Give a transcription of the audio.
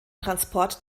transport